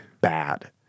bad